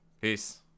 Peace